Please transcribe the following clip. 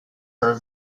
are